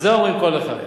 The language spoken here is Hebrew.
ולזה אומרים כה לחי.